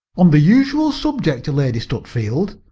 on the usual subject, lady stutfield.